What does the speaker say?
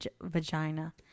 vagina